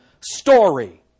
story